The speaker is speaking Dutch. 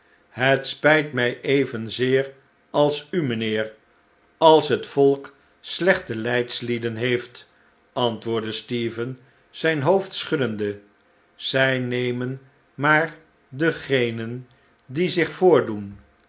het spijt mij evenzeer als u mijnheer als het volk slechte leidslieden heeft antwoordde stephen zijn hoofd schuddende zij nemen maar degenen die zich voordoen